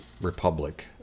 Republic